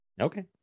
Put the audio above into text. okay